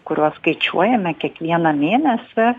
kuriuos skaičiuojame kiekvieną mėnesį